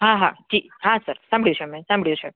હા હા એ હા સર સાંભળ્યું છે મેં સાંભળ્યું છે